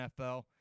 NFL